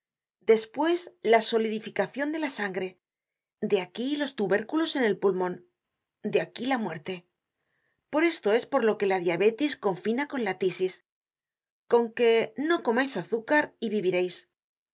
despues la solidificacion de la sangre de aquí los tubérculos en el pulmon de aquí la muerte por esto es por lo que la diabetis confina con la tisis con que no comais azúcar y vivireis